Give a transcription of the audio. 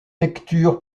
lecture